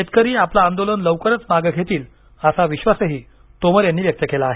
शेतकरी आपलं आंदोलन लवकरच मागे घेतील असा विश्वास तोमर यांनी व्यक्त केला आहे